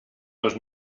dos